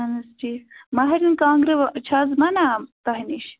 اہن حظ ٹھیٖک مہرٮ۪ن کانٛگرِ چھِ حظ بَنان تۄہہِ نِش